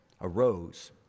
arose